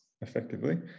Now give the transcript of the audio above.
effectively